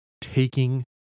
taking